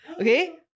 okay